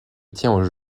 tiens